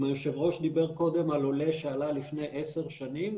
אם היושב ראש דיבר קודם על עולה שעלה לפני עשר שנים,